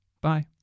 Bye